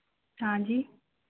हाँ जी